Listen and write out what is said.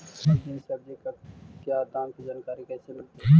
आज दीन सब्जी का क्या दाम की जानकारी कैसे मीलतय?